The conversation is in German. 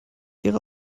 ihre